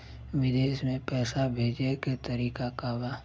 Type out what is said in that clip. विदेश में पैसा भेजे के तरीका का बा?